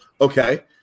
okay